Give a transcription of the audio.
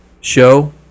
show